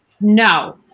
no